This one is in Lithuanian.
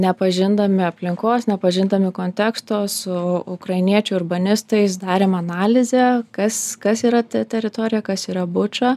nepažindami aplinkos nepažindami konteksto su ukrainiečių urbanistais darėm analizę kas kas yra ta teritorija kas yra buča